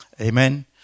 Amen